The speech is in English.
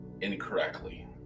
incorrectly